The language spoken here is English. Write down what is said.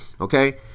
Okay